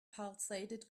pulsated